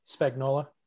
Spagnola